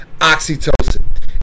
oxytocin